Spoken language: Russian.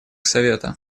совета